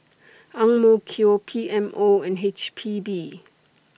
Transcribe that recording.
P M O and H P B